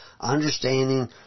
understanding